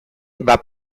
bat